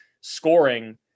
scoring